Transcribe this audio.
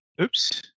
Oops